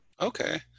Okay